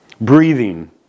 Breathing